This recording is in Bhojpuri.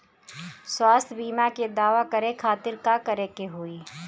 स्वास्थ्य बीमा के दावा करे के खातिर का करे के होई?